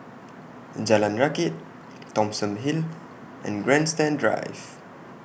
Jalan Rakit Thomson Hill and Grandstand Drive